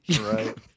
right